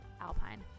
alpine